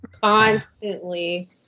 Constantly